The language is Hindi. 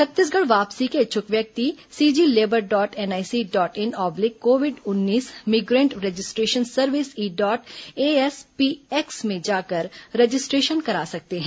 छत्तीसगढ़ वापसी के इच्छुक व्यक्ति CG labour dot NIC dot in oblique COVID उन्नीस migrant registration service E dot ASPX में जाकर रजिस्ट्रेशन करा सकते हैं